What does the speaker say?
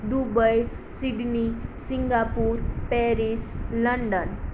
Dubai Sydney Singapore Paris London